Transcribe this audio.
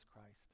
Christ